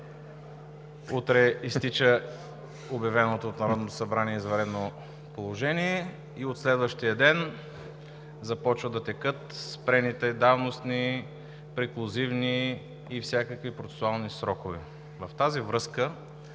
Утре изтича обявеното от Народното събрание извънредно положение и от следващия ден започват да текат спрените давностни, преклузивни и всякакви процесуални срокове. В тази връзка